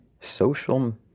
Social